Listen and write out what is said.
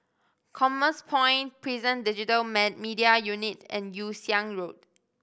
Commerce Point Prison Digital Media Unit and Yew Siang Road